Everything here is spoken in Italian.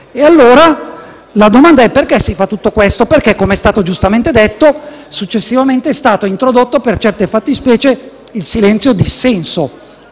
pertanto la seguente: perché si fa tutto questo? Come è stato giustamente detto, successivamente è stato introdotto, per certe fattispecie, il silenzio-dissenso,